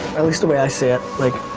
at least the way i see it. like